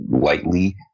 lightly